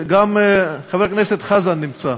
גם חבר הכנסת חזן נמצא.